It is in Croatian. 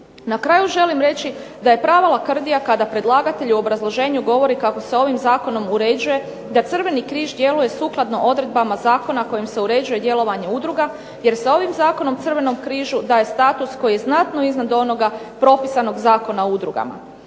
Na kraju želim reći da je prava lakrdija kada predlagatelj u obrazloženju govori kako se ovim zakonom uređuje da Crveni križ djeluje sukladno odredbama zakona kojim se uređuje djelovanje udruga, jer se ovim zakonom Crvenom križu daje status koji je znatno iznad onoga propisanog Zakona o udrugama,